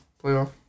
playoff